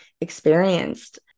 experienced